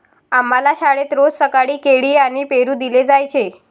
आम्हाला शाळेत रोज सकाळी केळी आणि पेरू दिले जायचे